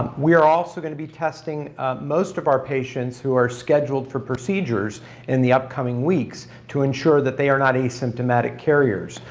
we are also going to be testing most of our patients who are scheduled for procedures in the upcoming weeks to ensure that they are not asymptomatic carriers.